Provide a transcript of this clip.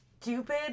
stupid